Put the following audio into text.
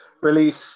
release